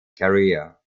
career